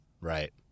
Right